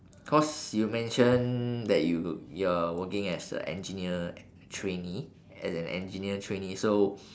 cause you mention that you you're working as a engineer e~ trainee as an engineer trainee so